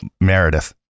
Meredith